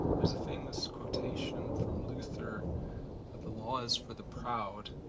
there's a famous quotation from luther the laws for the proud,